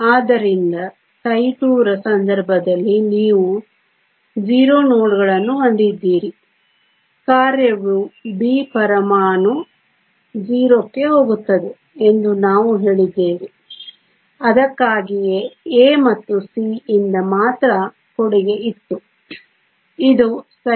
ಆದ್ದರಿಂದ ψ2 ರ ಸಂದರ್ಭದಲ್ಲಿ ನೀವು 0 ನೋಡ್ಗಳನ್ನು ಹೊಂದಿದ್ದೀರಿ ಕಾರ್ಯವು B ಪರಮಾಣು 0 ಕ್ಕೆ ಹೋಗುತ್ತದೆ ಎಂದು ನಾವು ಹೇಳಿದ್ದೇವೆ ಅದಕ್ಕಾಗಿಯೇ A ಮತ್ತು C ಯಿಂದ ಮಾತ್ರ ಕೊಡುಗೆ ಇತ್ತು ಇದು ψ2